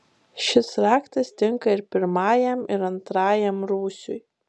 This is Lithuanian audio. šis raktas tinka ir pirmajam ir antrajam rūsiui